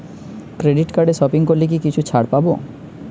Credit কার্ডে shopping করলে কি কিছু ছাড় পাব?